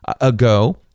ago